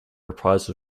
reprise